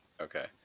okay